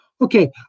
Okay